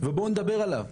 ובואו נדבר עליו.